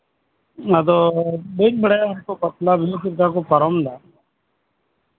ᱟᱫᱚ ᱵᱟᱹᱧ ᱵᱟᱲᱟᱭᱟ ᱵᱟᱯᱞᱟ ᱠᱚ ᱪᱮᱫ ᱞᱮᱠᱟ ᱠᱚ ᱯᱟᱨᱚᱢᱫᱟ ᱟᱨᱠᱤ